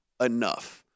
enough